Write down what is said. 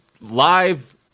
live